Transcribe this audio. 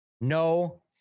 No